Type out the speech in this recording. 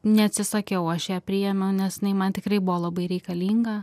neatsisakiau aš ją priėmiau nes jinai man tikrai buvo labai reikalinga